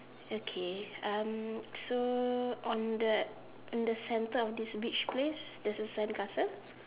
okay um so on the on the centre of this beach place there's a sandcastle